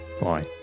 bye